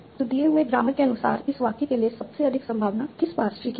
तो दिए हुए ग्रामर के अनुसार इस वाक्य के लिए सबसे अधिक संभावना किस पार्स ट्री की है